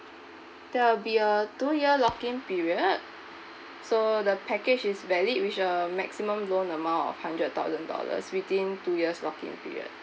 there'll be a two year lock-in period so the package is valid with a maximum loan amount of hundred thousand dollars within two years lock-in period